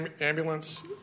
ambulance